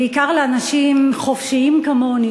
בעיקר לאנשים חופשיים כמוני,